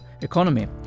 Economy